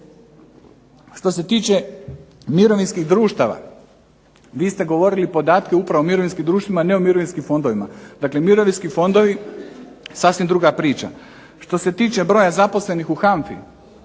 Što se tiče mirovinskih društava, vi ste govorili podatke upravo o mirovinskim društvima, ne o mirovinskim fondovima. Dakle mirovinski fondovi sasvim druga priča. Što se tiče broja zaposlenih u HANFA-i,